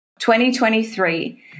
2023